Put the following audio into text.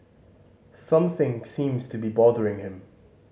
something seems to be bothering him